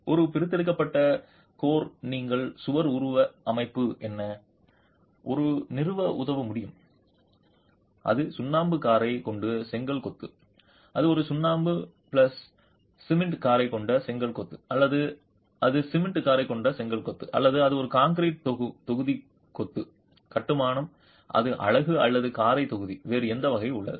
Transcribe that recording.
ஒரு பிரித்தெடுக்கப்பட்ட கோர் நீங்கள் சுவர் உருவ அமைப்பு என்ன ஒரு நிறுவ உதவ முடியும் அது சுண்ணாம்பு காரை கொண்டு செங்கல் கொத்து அது ஒரு சுண்ணாம்பு பிளஸ் சிமெண்ட் காரை கொண்டு செங்கல் கொத்து அல்லது அது சிமெண்ட் காரை கொண்டு செங்கல் கொத்து அல்லது அது ஒரு கான்கிரீட் தொகுதி கொத்து கட்டுமான அது அலகு அல்லது காரை தொகுதி வேறு எந்த வகை உள்ளது